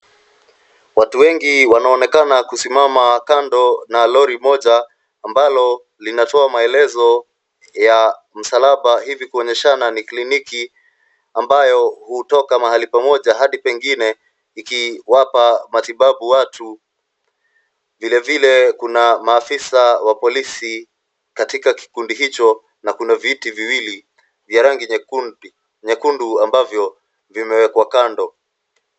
Watu wengi wanaonekana kusimama kando na lori moja, ambalo linatoa maelezo ya msalaba hivi kuoneshana ni kliniki, ambayo hutoka mahali pamoja hadi pengine, ikiwapa matibabu watu. Vilevile kuna maafisa wa polisi katika kikundi hicho na kuna viti viwili vya rangi nyekundu ambavyo vimewekwa kando.